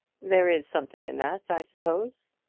there is something in that, i suppose.